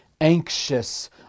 anxious